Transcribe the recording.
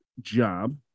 job